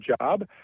job